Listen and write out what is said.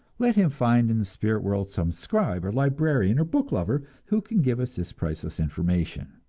let him find in the spirit world some scribe or librarian or book-lover who can give us this priceless information.